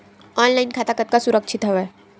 Online खाता कतका सुरक्षित हवय?